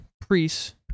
priests